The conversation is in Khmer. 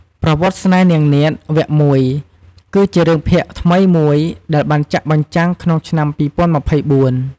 ប្រវត្តិស្នេហ៍នាងនាថ វគ្គ ១ គឺជារឿងភាគថ្មីមួយដែលបានចាក់បញ្ចាំងក្នុងឆ្នាំ ២០២៤។